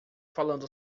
falando